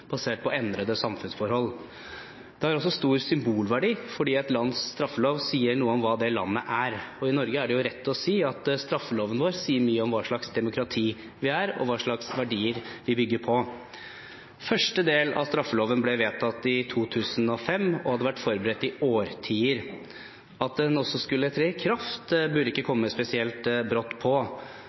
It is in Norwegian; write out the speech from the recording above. på endrede samfunnsforhold. Det har også stor symbolverdi, fordi et lands straffelov sier noe om hva det landet er. I Norge er det rett å si at straffeloven vår sier mye om hva slags demokrati vi er, og hva slags verdier vi bygger på. Første del av straffeloven ble vedtatt i 2005 og hadde vært forberedt i årtier. At den også skulle tre i kraft, burde ikke komme spesielt brått på.